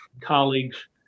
colleagues